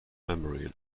memory